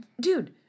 dude